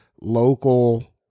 local